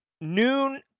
noon